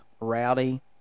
Rowdy